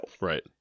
Right